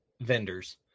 vendors